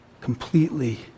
completely